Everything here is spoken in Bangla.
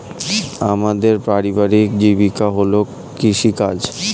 আমাদের পারিবারিক জীবিকা হল কৃষিকাজ